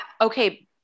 Okay